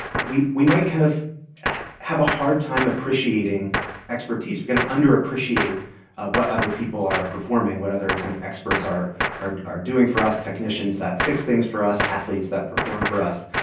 we we might kind of have a hard time appreciating expertise. we kind of underappreciate what other people are performing, what other kind of experts are are doing for us, technicians that fix things for us, athletes that perform for us,